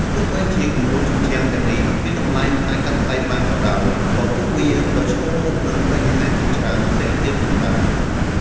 ទោះបីជាគំនូរជញ្ជាំងទាំងនេះមានតម្លៃមិនអាចកាត់ថ្លៃបានក៏ដោយ ក៏ពួកវាប្រឈមមុខនឹងបញ្ហាជាច្រើនផ្សេងទៀតផងដែរ។